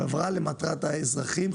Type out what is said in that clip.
חברה למטרת האזרחים,